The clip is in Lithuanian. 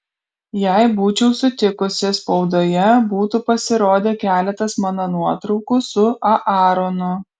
jei būčiau sutikusi spaudoje būtų pasirodę keletas mano nuotraukų su aaronu